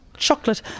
Chocolate